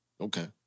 Okay